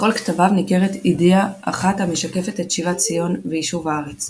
בכל כתביו ניכרת אידיאה אחת המשקפת את שיבת ציון ויישוב הארץ.